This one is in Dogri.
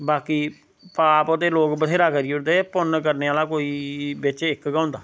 बाकी पाप ते लोक बथ्हेरा करी उड़दे पुन्न करने आह्ला कोई बिच इक गै होंदा